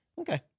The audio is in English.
Okay